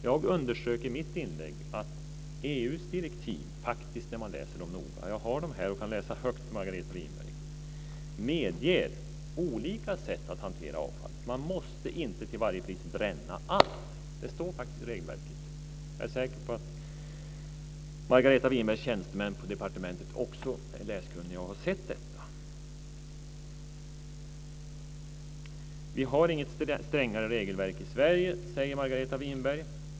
Jag underströk i mitt inlägg att EU:s direktiv faktiskt, när man läser dem noga - jag har dem här och kan läsa högt, Margareta Winberg - medger olika sätt att hantera avfallet. Man måste inte till varje pris bränna allt. Det står faktiskt i regelverket. Jag är säker på att Margareta Winbergs tjänstemän på departementet också är läskunniga och har sett detta. Vi har inget strängare regelverk i Sverige, säger Margareta Winberg.